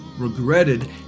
regretted